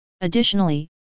Additionally